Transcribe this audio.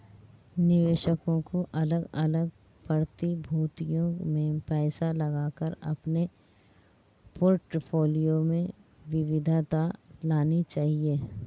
निवेशकों को अलग अलग प्रतिभूतियों में पैसा लगाकर अपने पोर्टफोलियो में विविधता लानी चाहिए